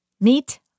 Meet